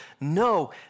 No